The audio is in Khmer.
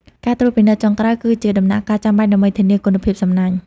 ការត្រួតពិនិត្យចុងក្រោយគឺជាដំណាក់កាលចាំបាច់ដើម្បីធានាគុណភាពសំណាញ់។